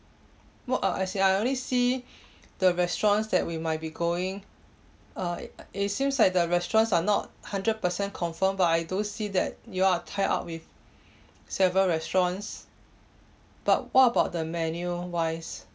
what uh as in I only see the restaurants that we might be going uh it seems like the restaurants are not hundred percent confirmed but I don't see that you all are tied up with several restaurants but what about the menu wise